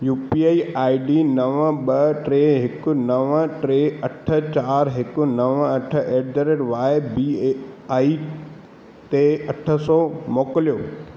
U P I I D नव ॿ टे हिक नव टे अठ चारि हिकु नव अठ at the rate Y B I ते अठ सौ मोकलियो